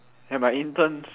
ya my interns